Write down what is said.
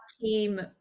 team